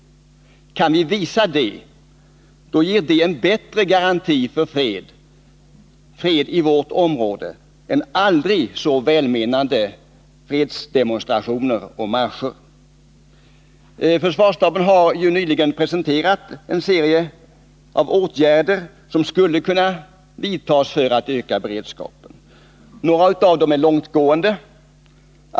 Kan vi visa detta, så ger det en bättre garanti för fred i vårt område än aldrig så välmenande fredsdemonstrationer och fredsmarscher. Försvarsstaben har nyligen presenterat en serie av åtgärder som skulle bidra till en ökad beredskap. Några av dem är långsiktiga.